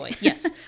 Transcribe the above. Yes